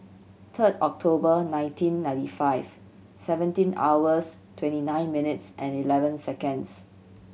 third October nineteen ninety five seventeen hours twenty nine minutes and eleven seconds